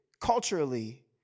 culturally